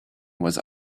was